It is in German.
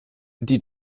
die